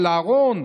על אהרון?